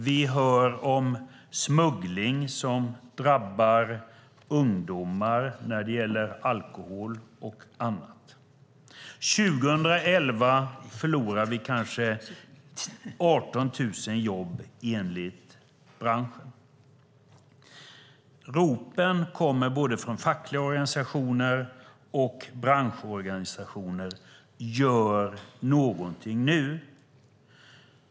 Vi hör om smuggling av alkohol och annat som drabbar ungdomar. År 2011 förlorade vi kanske 18 000 jobb, enligt branschen. Ropen kommer från både fackliga organisationer och branschorganisationer: Gör någonting nu!